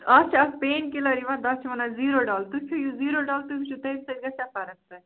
اَتھ چھِ اَکھ پین کِلَر یِوان تَتھ چھِ وَنان زیٖرو ڈَال تُہۍ کھیٚیِو زیٖرو ڈَال تُہۍ وُچھِو تَمہِ سۭتۍ گژھیٛا فرق تتھ